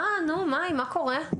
אה, מאי, מה קורה?